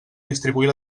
distribuir